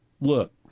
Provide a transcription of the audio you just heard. look